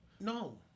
No